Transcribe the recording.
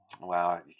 Wow